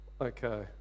Okay